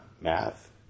math